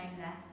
less